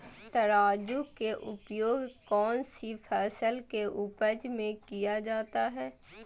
तराजू का उपयोग कौन सी फसल के उपज में किया जाता है?